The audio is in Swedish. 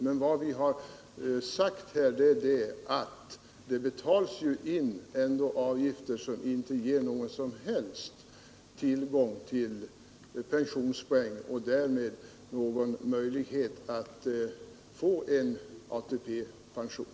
Men vad vi har sagt här är att det ju ändå betalas in avgifter som inte ger någon som helst tillgång till pensionspoäng och därmed inte någon möjlighet att få ATP-pension.